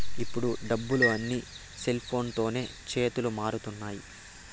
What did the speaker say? ఇప్పుడు డబ్బులు అన్నీ సెల్ఫోన్లతోనే చేతులు మారుతున్నాయి